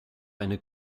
eine